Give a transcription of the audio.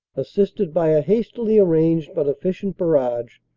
assisted by a hastily arranged but effi cient barrage,